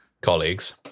colleagues